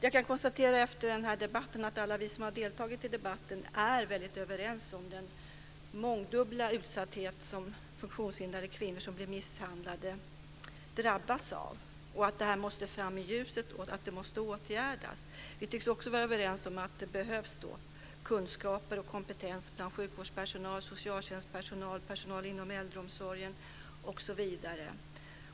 Jag kan efter denna debatt konstatera att alla vi som har deltagit i den är väldigt överens om den mångdubbla utsatthet som funktionshindrade kvinnor som blir misshandlade drabbas av och att detta måste fram i ljuset och åtgärdas. Vi tycks också vara överens om att det behövs kunskaper och kompetens bland sjukvårdspersonal, socialtjänstpersonal, personal inom äldreomsorgen, osv.